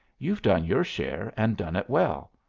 you've done your share, and done it well.